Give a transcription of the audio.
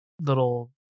little